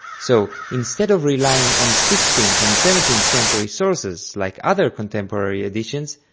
so instead of relying on sixteenth and seventeenth century sources like other contemporary editions,